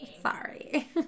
sorry